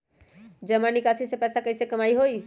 जमा निकासी से पैसा कईसे कमाई होई?